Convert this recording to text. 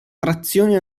trazione